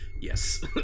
Yes